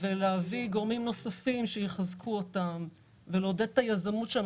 ולהביא גורמים נוספים שיחזקו אותן ולעודד את היזמות שם.